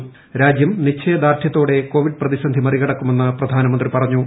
് രാജ്യം നിശ്ചയദാർഢ്യത്തോടെ കോവിഡ് പ്രതിസന്ധി മറികൂടക്കുമെന്ന് പ്രധാനമന്ത്രി പറഞ്ഞു